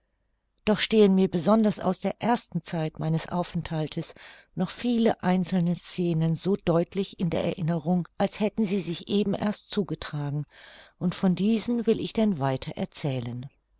doch stehen mir besonders aus der ersten zeit meines aufenthaltes noch viele einzelne scenen so deutlich in der erinnerung als hätten sie sich eben erst zugetragen und von diesen will ich denn weiter